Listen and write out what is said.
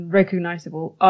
recognizable